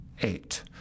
eight